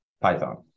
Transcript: Python